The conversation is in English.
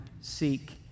seek